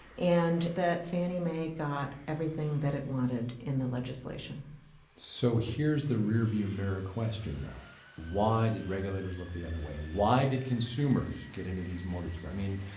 and that fannie mae got everything that it wanted in the legislation so here's the rear-view mirror question though why did regulators look the other way? why did consumers get into these mortgages? i mean,